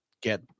get